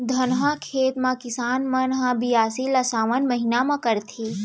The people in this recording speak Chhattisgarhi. धनहा खेत म किसान मन ह बियासी ल सावन महिना म करथे